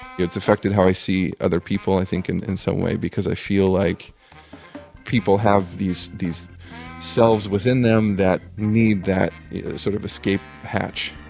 it's affected how i see other people, i think, in in some way because i feel like people have these these selves within them that need that sort of escape hatch